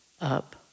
up